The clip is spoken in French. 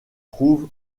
trouve